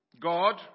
God